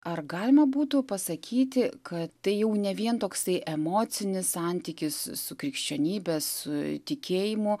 ar galima būtų pasakyti kad tai jau ne vien toksai emocinis santykis su krikščionybe su tikėjimu